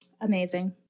Amazing